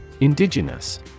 Indigenous